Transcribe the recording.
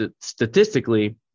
statistically